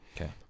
Okay